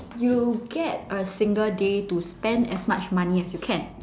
you get a single day to spend as much money as you can